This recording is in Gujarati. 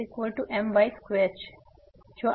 તેથી હવે શું થશે કારણ કે xmy2